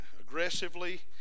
aggressively